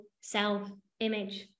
self-image